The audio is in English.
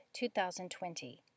2020